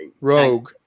rogue